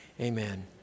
Amen